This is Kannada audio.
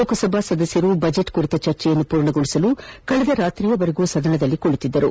ಲೋಕಸಭಾ ಸದಸ್ಯರು ಬಜೆಟ್ ಕುರಿತ ಚರ್ಚೆಯನ್ನು ಪೂರ್ಣಗೊಳಿಸಲು ಕಳೆದ ರಾತ್ರಿವರೆಗೂ ಸದನದಲ್ಲಿ ಕುಳಿತ್ತಿದ್ದರು